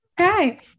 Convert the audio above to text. okay